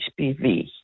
HPV